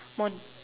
more